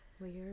weird